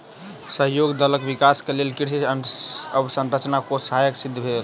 सहयोग दलक विकास के लेल कृषि अवसंरचना कोष सहायक सिद्ध भेल